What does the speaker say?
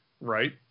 Right